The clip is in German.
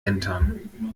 entern